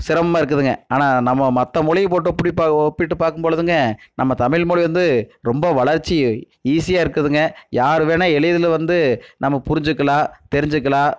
சிரமமா இருக்குதுங்க ஆனால் நம்ம மற்ற மொழி போட்டு ஒப்பிட்டு பார்க்கும் பொழுதுங்க நம்ம தமிழ் மொழி வந்து ரொம்ப வளர்ச்சி ஈசியாக இருக்குதுங்க யார் வேணா எளிதில் வந்து நம்ம புரிஞ்சிக்கலாம் தெரிஞ்சிக்கலாம்